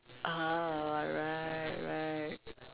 ah right right